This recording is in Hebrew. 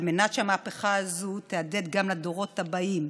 על מנת שהמהפכה הזו תהדהד גם לדורות הבאים,